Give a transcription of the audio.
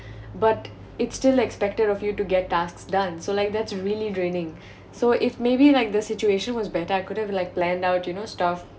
but it still expected of you to get tasks done so like that's really draining so if maybe like the situation was better I could've like planned out you know stuff